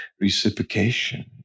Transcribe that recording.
reciprocation